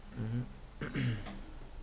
mmhmm